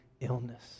illness